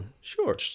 Sure